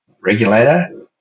regulator